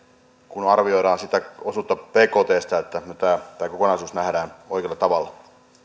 kun arvioidaan sitä osuutta bktsta niin tämä kokonaisuus nähdään oikealla tavalla